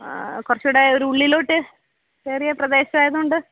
കുറച്ചു കൂടി ഉള്ളിലോട്ടു കയറിയ പ്രദേശമായതു കൊണ്ട്